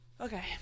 okay